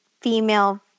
female